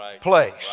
place